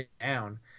down